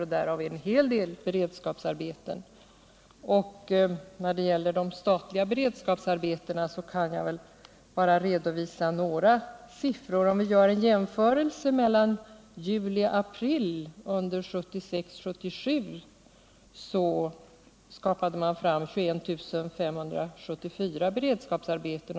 En hel del av dessa har beredskapsarbeten. Jag skall redovisa några siffror som gäller de statliga beredskapsarbetena. Under tiden juli 1976-april 1977 skaffade man fram 25 574 beredskapsarbeten.